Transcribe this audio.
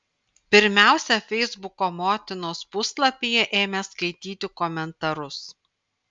pirmiausia feisbuko motinos puslapyje ėmė skaityti komentarus